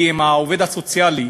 כי אם העובד הסוציאלי